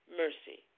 mercy